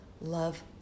love